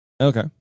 Okay